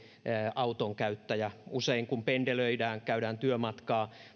autonkäyttäjä usein kun pendelöidään eli käydään työmatkaa